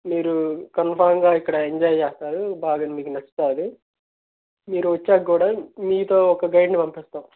మీరు కన్ఫామ్గా ఇక్కడ ఎంజాయ్ చేస్తారు బాగా మీకు నచ్చుతుంది మీరు వచ్చాకక్కూడా మీతో ఒక గైడ్ని పంపిస్తాం